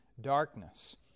darkness